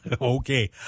okay